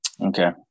Okay